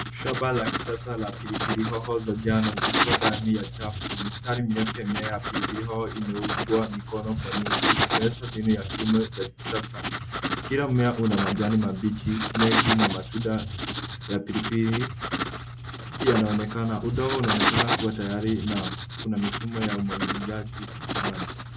Shamba la kisasa la pili pili hoho za njano. Mistari mirefu ya mimea ya pili pili hoho imeungwa mikono kwa nyuzi ikionyesha ya kilimo ya kisasa. Kila mmea una majani mabichi mengi na matunda ya pili pili yanaonekana. Udongo unaonekana kuwa tayari na kuna mifumo ya umwagizaji maji.